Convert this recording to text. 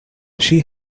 she